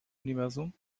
universum